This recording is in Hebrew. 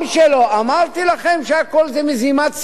שלו: אמרתי לכם שהכול זה מזימה ציונית?